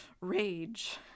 rage